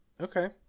Okay